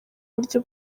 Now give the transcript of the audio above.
buryo